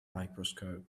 microscope